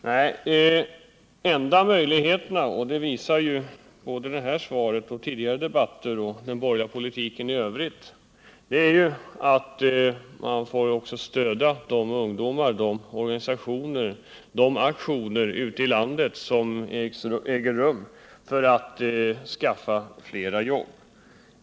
Det framgår av det nu lämnade svaret, av tidigare debatter i frågan och av den borgerliga politiken i övrigt att den enda möjligheten att åstadkomma något på detta område är att stödja de ungdomar och de organisationer som nu bedriver aktioner ute i landet för att skaffa fler jobb.